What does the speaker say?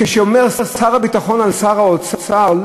כשאומר שר הביטחון על שר האוצר,